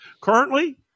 Currently